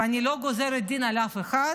ואני לא גוזרת דין על אף אחד,